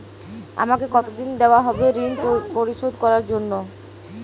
আমাকে কতদিন দেওয়া হবে ৠণ পরিশোধ করার জন্য?